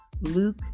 Luke